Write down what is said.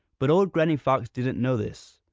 but old granny fox didn't know this.